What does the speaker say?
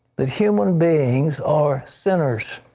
that human beings are sinners,